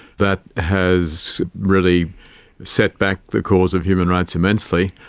that has really set back the cause of human rights immensely.